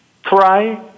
Try